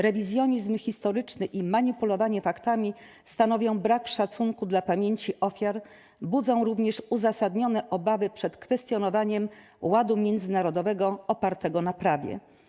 Rewizjonizm historyczny i manipulowanie faktami stanowią brak szacunku dla pamięci ofiar, budzą również uzasadnione obawy przed kwestionowaniem ładu międzynarodowego opartego na prawie.